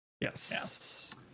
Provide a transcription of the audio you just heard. Yes